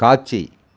காட்சி